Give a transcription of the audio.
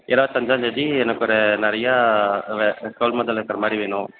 இருபத்தி அஞ்சாம்தேதி எனக்கு ஒரு நிறையா வே கொள்முதல் பண்ணுறாமாரி வேணும்